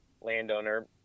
landowner